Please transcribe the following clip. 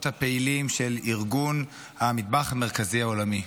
הפעילים של ארגון המטבח המרכזי העולמי.